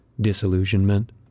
disillusionment